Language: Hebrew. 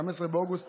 15 באוגוסט